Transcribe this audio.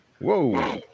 whoa